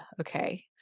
okay